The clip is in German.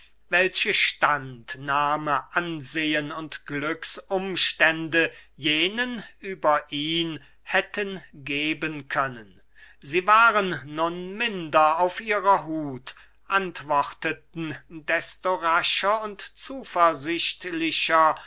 welche stand nahme ansehen und glücksumstände jenen über ihn hätten geben können sie waren nun minder auf ihrer huth antworteten desto rascher und zuversichtlicher